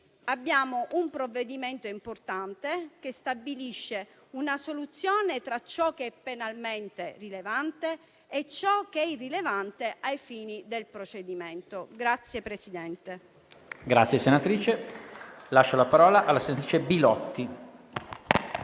abbiamo un provvedimento importante, che stabilisce una soluzione tra ciò che è penalmente rilevante e ciò che è irrilevante ai fini del procedimento. PRESIDENTE.